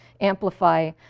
amplify